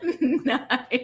Nice